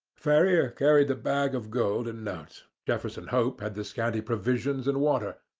ferrier carried the bag of gold and notes, jefferson hope had the scanty provisions and water,